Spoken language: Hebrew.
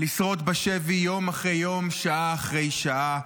לשרוד בשבי יום אחרי יום, שעה אחרי שעה,